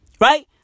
Right